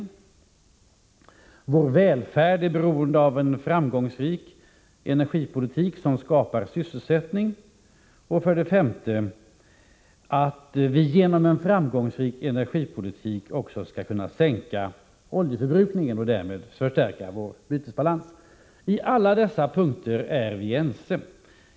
Vår välfärd är beroende av en framgångsrik energipolitik som skapar sysselsättning. Vidare skall vi genom en framgångsrik energipolitik också kunna sänka oljeförbrukningen och därmed stärka vår bytesbalans. På alla dessa punkter är vi ense.